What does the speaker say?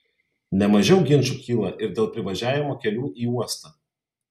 ne mažiau ginčų kyla ir dėl privažiavimo kelių į uostą